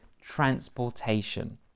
transportation